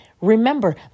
Remember